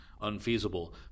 unfeasible